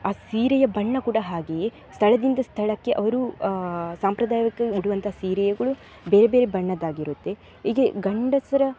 ಆ ಸೀರೆಯ ಬಣ್ಣ ಕೂಡ ಹಾಗೆಯೇ ಸ್ಥಳದಿಂದ ಸ್ಥಳಕ್ಕೆ ಅವರು ಸಾಂಪ್ರದಾಯಿಕ ಉಡುವಂಥ ಸೀರೆಗಳು ಬೇರೆ ಬೇರೆ ಬಣ್ಣದ್ದಾಗಿರುತ್ತೆ ಹೀಗೆ ಗಂಡಸರ